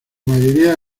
mayoría